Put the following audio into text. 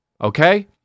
okay